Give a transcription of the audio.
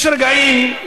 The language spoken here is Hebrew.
יש רגעים,